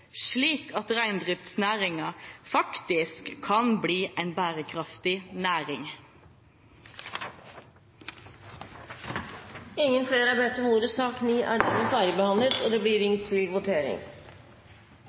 slik at reindriftsnæringen faktisk kan bli en bærekraftig næring. Flere har ikke bedt om ordet til sak